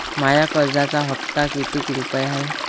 माया कर्जाचा हप्ता कितीक रुपये हाय?